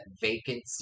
vacancy